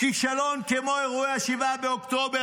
בכישלון כמו אירוע 7 באוקטובר,